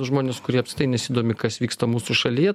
žmonės kurie nesidomi kas vyksta mūsų šaly